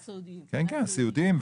כן, סיעודיים.